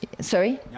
Sorry